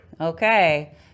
Okay